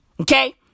okay